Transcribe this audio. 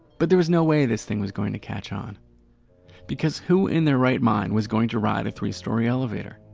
but there was no way this thing is going to catch on because who in their right mind was going to ride a three story elevator?